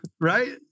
Right